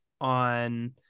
on